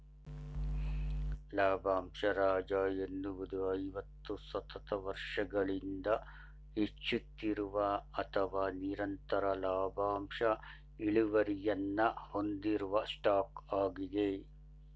ಲಾಭಂಶ ರಾಜ ಎನ್ನುವುದು ಐವತ್ತು ಸತತ ವರ್ಷಗಳಿಂದ ಹೆಚ್ಚುತ್ತಿರುವ ಅಥವಾ ನಿರಂತರ ಲಾಭಾಂಶ ಇಳುವರಿಯನ್ನ ಹೊಂದಿರುವ ಸ್ಟಾಕ್ ಆಗಿದೆ